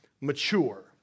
mature